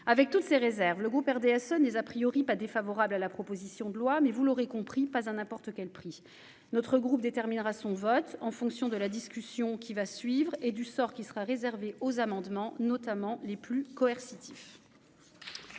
avec toutes ses réserves, le groupe RDSE n'est a priori pas défavorable à la proposition de loi mais vous l'aurez compris pas hein, n'importe quel prix notre groupe déterminera son vote en fonction de la discussion qui va suivre et du sort qui sera réservé aux amendements, notamment les plus coercitives.